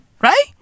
right